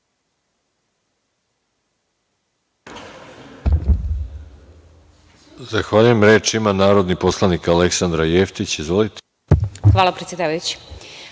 Hvala.